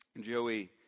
Joey